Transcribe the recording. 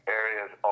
areas